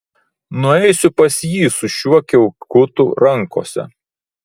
nueisiu pas jį su šiuo kiaukutu rankose